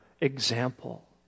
example